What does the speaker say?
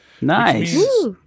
Nice